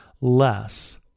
less